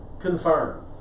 confirm